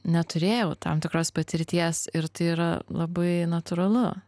neturėjau tam tikros patirties ir tai yra labai natūralu